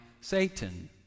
Satan